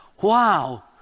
Wow